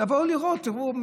תבואו לראות, תראו.